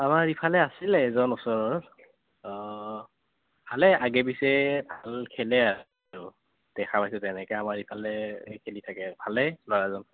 আমাৰ এইফালে আছিলে এজন ওচৰৰ ভালেই আগে পিছে ভাল খেলে আৰু দেখা পাইছোঁ তেনেকৈ আমাৰ এইফালে খেলি থাকে ভালেই ল'ৰাজন